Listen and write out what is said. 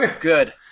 good